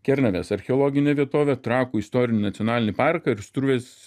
kernavės archeologinę vietovę trakų istorinį nacionalinį parką ir struvės